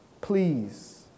please